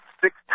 six